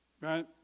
Right